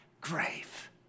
grave